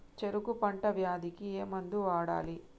చెరుకు పంట వ్యాధి కి ఏ మందు వాడాలి?